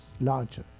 larger